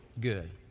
good